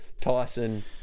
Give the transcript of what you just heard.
Tyson